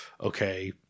okay